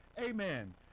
Amen